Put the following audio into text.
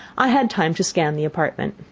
i had time to scan the apartment.